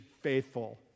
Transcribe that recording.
faithful